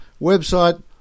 website